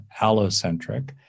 allocentric